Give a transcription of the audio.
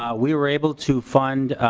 um we were able to fund